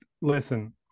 listen